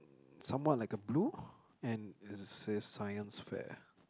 somewhat like a blue and it says Science fair